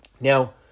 Now